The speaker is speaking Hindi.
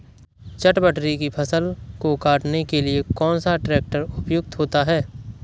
चटवटरी की फसल को काटने के लिए कौन सा ट्रैक्टर उपयुक्त होता है?